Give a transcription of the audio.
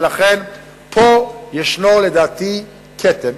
ולכן, פה לדעתי יש כתם